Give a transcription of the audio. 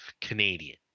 Canadian